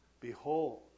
behold